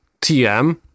TM